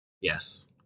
Yes